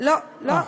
לא, לא,